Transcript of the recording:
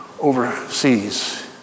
overseas